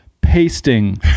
pasting